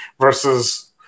versus